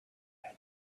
had